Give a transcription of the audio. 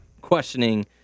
questioning